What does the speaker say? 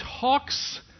talks